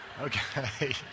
Okay